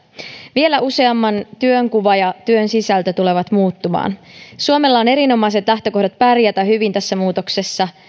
vielä useamman työnkuva ja työn sisältö tulevat muuttumaan suomella on erinomaiset lähtökohdat pärjätä hyvin tässä muutoksessa